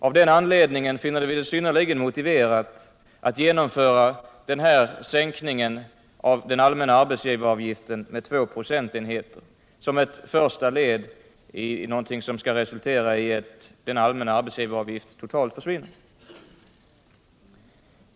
Av den anledningen finner vi det synnerligen motiverat att genomföra den här sänkningen med 2 procentenheter av den allmänna arbetsgivaravgiften, som ett första led i något som skall resultera i att denna allmänna arbetsgivaravgift totalt försvinner.